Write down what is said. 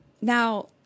now